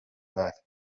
back